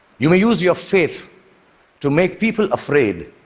you may use your faith to make people afraid